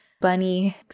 Bunny